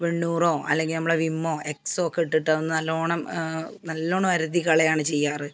വെണ്ണൂറോ അല്ലെങ്കില് അമ്മളെ വിമ്മോ എക്സോ ഒക്കെ ഇട്ടിട്ട് അതൊന്ന് നല്ലവണ്ണം നല്ലവണ്ണം ഒരതിക്കളയാണ് ചെയ്യാറ്